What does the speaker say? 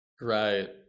Right